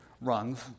runs